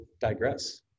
digress